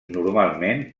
normalment